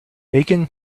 bacon